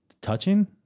touching